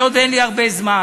היות שאין לי הרבה זמן,